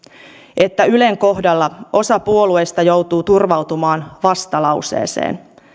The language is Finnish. että ylen kohdalla osa puolueista joutuu turvautumaan vastalauseeseen